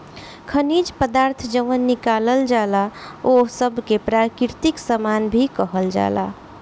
खनिज पदार्थ जवन निकालल जाला ओह सब के प्राकृतिक सामान भी कहल जाला